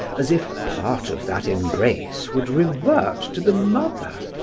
as if part of that embrace would revert to the mother.